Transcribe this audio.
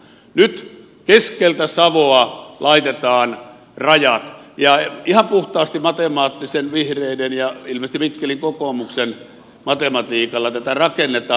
nyt keskeltä savoa laitetaan rajat ja ihan puhtaasti vihreiden ja ilmeisesti mikkelin kokoomuksen matematiikalla tätä rakennetaan